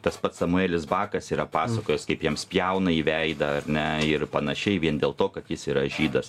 tas pats samuelis bakas yra pasakojęs kaip jam spjauna į veidą ar ne ir panašiai vien dėl to kad jis yra žydas